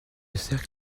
cercle